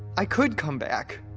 i could come back.